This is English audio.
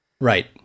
Right